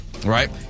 Right